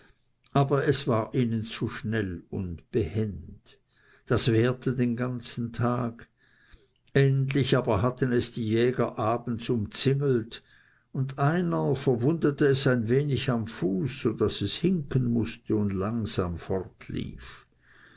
aber es war ihnen zu schnell und behend das währte den ganzen tag endlich aber hatten es die jäger abends umzingelt und einer verwundete es ein wenig am fuß so daß es hinken mußte und langsam